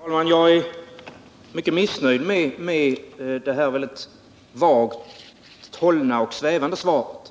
Herr talman! Jag är mycket missnöjd med det här mycket vagt hållna och svävande svaret.